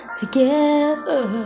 together